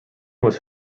was